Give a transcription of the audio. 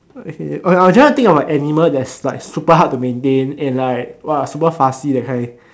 what I say I'm trying to think of an animal that is like super hard to maintain and like !wah! super fuzzy that kind